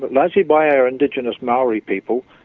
but largely by our indigenous maori people,